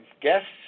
guests